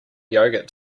yogurt